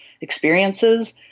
experiences